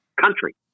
country